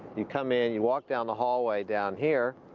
you come in, you walk down the hallway, down here.